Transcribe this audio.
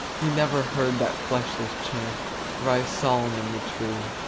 he never heard that fleshless chant rise solemn in the tree,